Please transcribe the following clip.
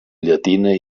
llatina